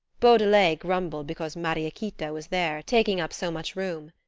beaudelet grumbled because mariequita was there, taking up so much room.